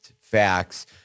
facts